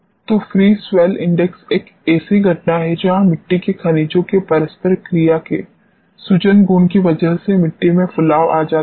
तो free swell index एक ऐसी घटना है जहां मिट्टी के खनिजो के परस्पर क्रिया के सूजन गुण की वजह से मिट्टी में फुलाव आ जाता है